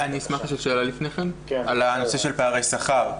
אני רוצה לשאול לפני כן שאלה על פערי השכר.